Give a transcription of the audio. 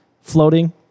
floating